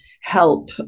help